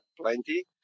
plenty